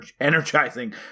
energizing